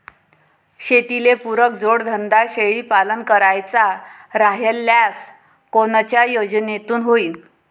शेतीले पुरक जोडधंदा शेळीपालन करायचा राह्यल्यास कोनच्या योजनेतून होईन?